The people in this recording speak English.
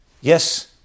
Yes